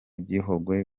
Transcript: gihogwe